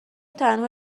تنها